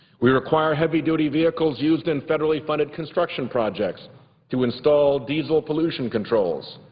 we require heavy-duty vehicles used in federally funded construction projects to install diesel pollution controls,